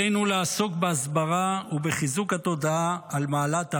עלינו לעסוק בהסברה ובחיזוק התודעה של על מעלת הארץ,